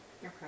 Okay